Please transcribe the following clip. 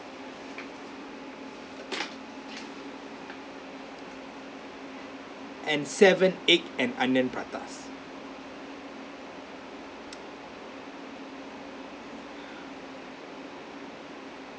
and seven egg and onion pratas